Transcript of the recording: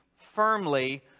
firmly